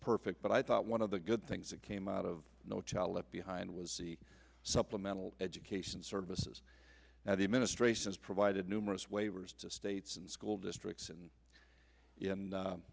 perfect but i thought one of the good things that came out of no child left behind was see supplemental education services now the administration has provided numerous waivers to states and school districts and